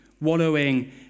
wallowing